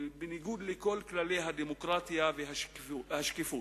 בניגוד לכל כללי הדמוקרטיה והשקיפות.